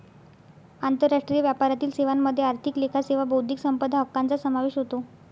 आंतरराष्ट्रीय व्यापारातील सेवांमध्ये आर्थिक लेखा सेवा बौद्धिक संपदा हक्कांचा समावेश होतो